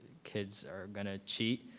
kids are gonna cheat,